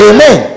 Amen